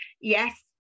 yes